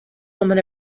woman